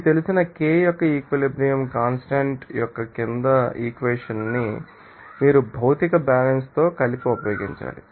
మీకు తెలిసిన K యొక్క ఈక్విలిబ్రియం కాన్స్టాంట్ యొక్క కింది ఈక్వేషన్ ాన్ని మీరు భౌతిక బ్యాలన్స్ తో కలిపి ఉపయోగించాలి